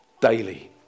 daily